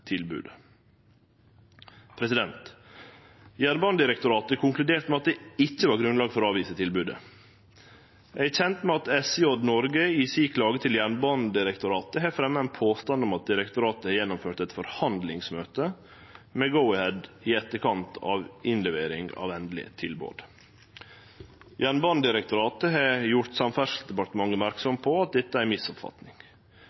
tilbodet. Jernbanedirektoratet konkluderte med at det ikkje var grunnlag for å avvise tilbodet. Eg er kjend med at SJ Norge i si klage til Jernbanedirektoratet har fremja ein påstand om at direktoratet har gjennomført eit forhandlingsmøte med Go-Ahead i etterkant av innlevering av endeleg tilbod. Jernbanedirektoratet har gjort